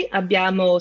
abbiamo